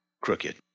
crooked